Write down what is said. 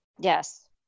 Yes